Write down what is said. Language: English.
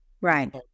right